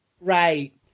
right